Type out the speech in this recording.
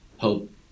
help